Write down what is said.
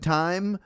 time